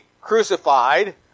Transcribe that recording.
crucified